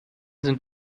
sind